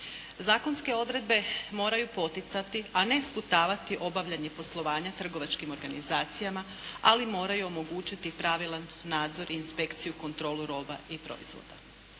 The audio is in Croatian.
Zakonske odredbe moraju poticati, a ne sputavati obavljanje poslovanja trgovačkim organizacijama. Ali moraju omogućiti pravilan nadzor i inspekciju, kontrolu roba i proizvoda.